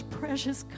precious